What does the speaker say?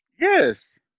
Yes